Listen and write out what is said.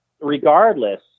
regardless